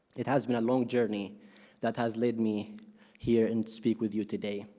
it has been a long journey that has led me here and speak with you today.